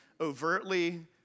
overtly